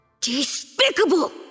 Despicable